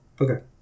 Okay